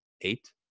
eight